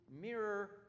mirror